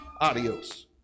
Adios